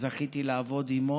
שזכיתי לעבוד עימו.